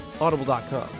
Audible.com